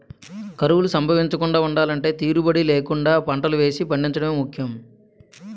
కరువులు సంభవించకుండా ఉండలంటే తీరుబడీ లేకుండా పంటలు వేసి పండించడమే ముఖ్యం